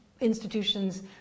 institutions